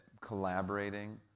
collaborating